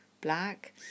black